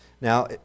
Now